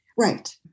Right